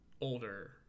older